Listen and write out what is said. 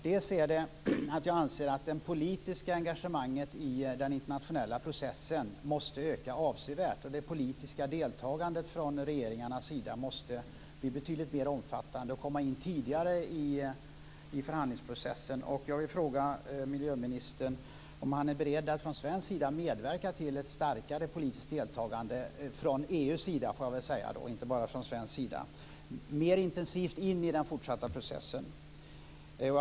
Den första gäller att jag anser att det politiska engagemanget i den internationella processen måste öka avsevärt. Det politiska deltagandet från regeringarnas sida måste bli betydligt mer omfattande och komma in tidigare i förhandlingsprocessen. Jag vill fråga miljöministern om man är beredd att medverka till ett starkare politiskt deltagande från EU:s sida - inte bara från svensk sida - och till att man går in i den fortsatta processen mer intensivt?